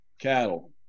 cattle